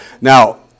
Now